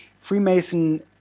Freemason